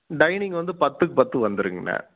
dining வந்து பத்துக்கு பத்து வந்துருங்க அண்ணா